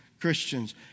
Christians